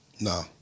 No